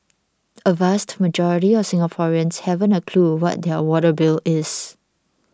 a vast majority of Singaporeans haven't a clue what their water bill is